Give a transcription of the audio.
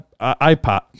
iPod